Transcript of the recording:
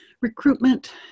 Recruitment